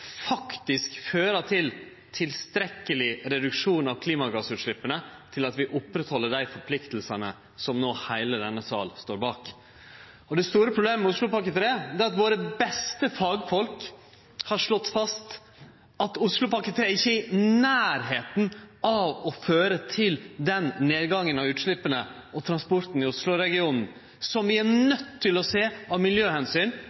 faktisk fører til tilstrekkeleg reduksjon av klimagassutsleppa til at vi opprettheld dei forpliktingane som heile denne salen står bak. Det store problemet med Oslopakke 3 er at våre beste fagfolk har slått fast at Oslopakke 3 ikkje er i nærleiken av å føre til den nedgangen av utsleppa og transporten i Oslo-regionen som vi er